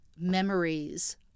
memories